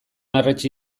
arretxe